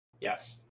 yes